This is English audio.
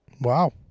Wow